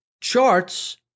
charts